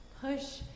Push